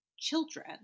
children